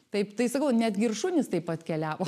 taip tai sakau netgi ir šunys taip atkeliavo